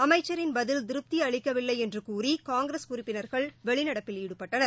அமைச்சின் பதில் திருப்திஅளிக்கவில்லைஎன்றுகூறி காங்கிரஸ் உறுப்பினர்கள் வெளிநடப்பில் ஈடுபட்டனர்